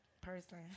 person